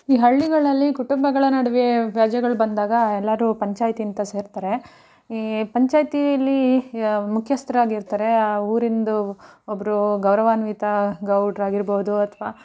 ಈ ಹಳ್ಳಿಗಳಲ್ಲಿ ಕುಟುಂಬಗಳ ನಡುವೆ ವ್ಯಾಜ್ಯಗಳು ಬಂದಾಗ ಎಲ್ಲರೂ ಪಂಚಾಯಿತಿ ಅಂತ ಸೇರ್ತಾರೆ ಈ ಪಂಚಾಯಿತಿಯಲ್ಲಿ ಮುಖ್ಯಸ್ಥರಾಗಿರ್ತರೆ ಆ ಊರಿಂದು ಒಬ್ಬರು ಗೌರವಾನ್ವಿತ ಗೌಡರಾಗಿರ್ಬೋದು ಅಥ್ವಾ